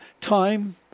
time